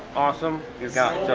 awesome you've got